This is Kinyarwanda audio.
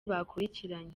bakurikiranye